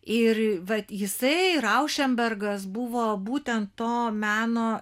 ir vat jisai ir aušenbergas buvo būtent to meno